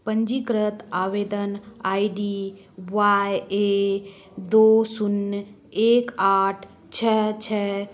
पंजीकृत आवेदन I D Y A दो शून्य एक आठ छ छ